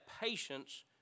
patience